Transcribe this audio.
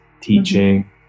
teaching